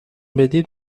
بدید